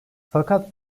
fakat